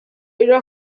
area